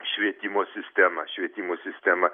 švietimo sistema švietimo sistema